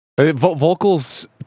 Vocals